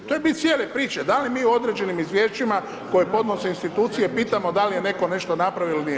To je bit cijele priče, da li mi u određenim izvješćima koje podnose institucije pitamo da li je netko nešto napravio ili nije